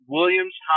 Williams